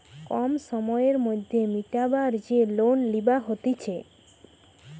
কম সময়ের মধ্যে মিটাবার যে লোন লিবা হতিছে